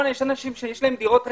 יש אנשים שיש להם דירות ריקות.